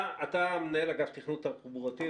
אתה מנהל אגף תכנון תחבורתי.